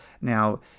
Now